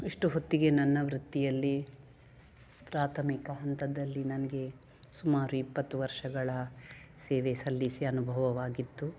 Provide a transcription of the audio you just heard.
ಇಷ್ಟು ಹೊತ್ತಿಗೆ ನನ್ನ ವೃತ್ತಿಯಲ್ಲಿ ಪ್ರಾಥಮಿಕ ಹಂತದಲ್ಲಿ ನನಗೆ ಸುಮಾರು ಇಪ್ಪತ್ತು ವರ್ಷಗಳ ಸೇವೆ ಸಲ್ಲಿಸಿ ಅನುಭವವಾಗಿತ್ತು